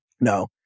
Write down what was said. no